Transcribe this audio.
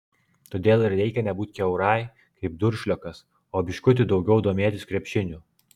todėl ir reikia nebūt kiaurai kaip duršliokas o biškutį daugiau domėtis krepšiniu